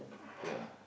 yea